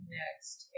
next